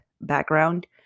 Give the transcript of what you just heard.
background